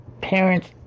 Parents